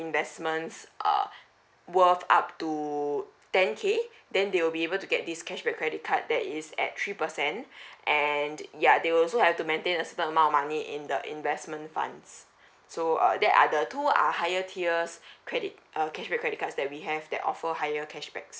investment uh worth up to ten K then thkey will be able to get this cashback credit card that is at three percent and ya they also have to maintain a certain amount money in the investment funds so uh that are the two uh higher tiers credit uh cashback credit cards that we have that offer higher cashback